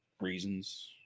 reasons